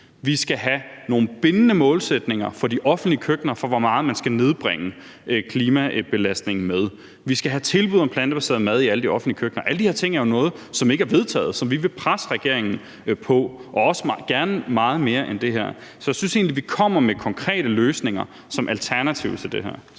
vi skal have nogle bindende målsætninger for de offentlige køkkener for, hvor meget man skal nedbringe klimabelastningen med, og vi skal have tilbud om plantebaseret mad i alle de offentlige køkkener. Alle de her ting er jo noget, som ikke er vedtaget, og som vi vil presse regeringen på, også gerne meget mere end det her, så jeg synes egentlig, vi kommer med konkrete løsninger som alternativ til det her.